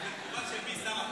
זאת התגובה של שר הפנים?